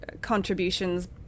contributions